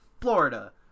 florida